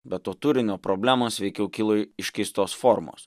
be to turinio problemos veikiau kilo iš keistos formos